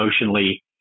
emotionally